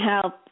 help